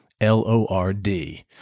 L-O-R-D